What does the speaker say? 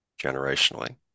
generationally